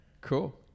cool